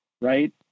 right